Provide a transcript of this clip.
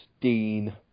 Dean